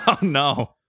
No